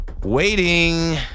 waiting